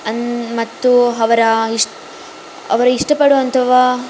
ಅನ್ ಮತ್ತು ಅವರ ಇಷ್ಟ ಅವರು ಇಷ್ಟಪಡುವಂಥ